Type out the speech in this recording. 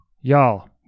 y'all